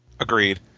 agreed